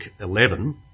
11